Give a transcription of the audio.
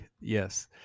Yes